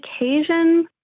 occasion